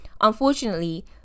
Unfortunately